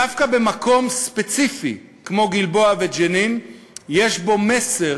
דווקא במקום ספציפי כמו גלבוע וג'נין יש מסר